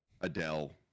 Adele